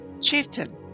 chieftain